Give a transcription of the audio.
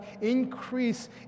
increase